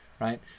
right